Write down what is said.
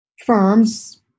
firms